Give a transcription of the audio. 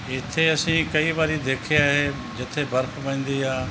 ਇੱਥੇ ਅਸੀਂ ਕਈ ਵਾਰੀ ਦੇਖਿਆ ਏ ਜਿੱਥੇ ਬਰਫ ਪੈਂਦੀ ਆ